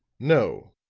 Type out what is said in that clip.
no,